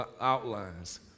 Outlines